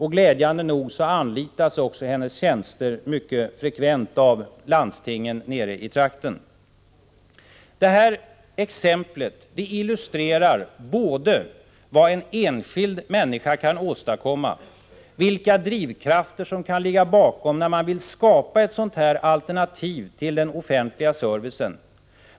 Glädjande nog anlitas också hennes tjänster mycket frekvent av landstingen. Detta exempel illusterar vad en enskild människa kan åstadkomma, vilka drivkrafter som kan ligga bakom när man vill skapa ett sådant här alternativ till den offentliga servicen.